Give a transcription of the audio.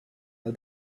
but